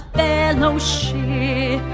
fellowship